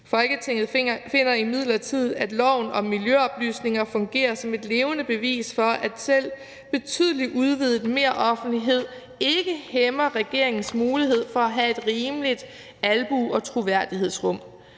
Folketinget finder imidlertid, at loven om miljøoplysninger fungerer som levende bevis for, at selv betydelig udvidet meroffentlighed ikke hæmmer regeringens mulighed for at have et internt rum for politiske